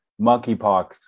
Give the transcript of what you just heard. monkeypox